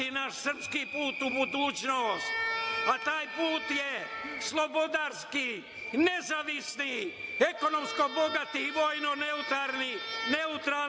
naš srpski put u budućnost, a taj put je slobodarski, nezavisni, ekonomska bogati i vojno neutralni.